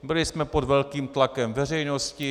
Byli jsme pod velkým tlakem veřejnosti.